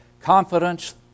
Confidence